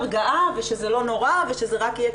אנחנו בהחלט מכירים בזה שצריך לשפר את התקשורת,